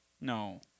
No